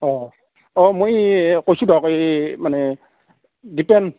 অঁ অঁ মই কৈছোঁ দক এই মানে দীপেন